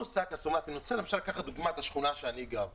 אני רוצה לקחת לדוגמה את השכונה שאני גר בה,